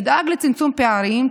תדאג לצמצום פערים,